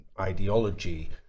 ideology